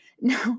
no